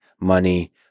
money